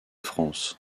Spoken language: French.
france